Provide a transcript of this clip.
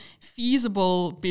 feasible